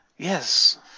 Yes